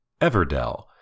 Everdell